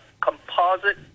composite